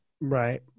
Right